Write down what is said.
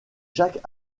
jacques